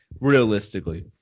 realistically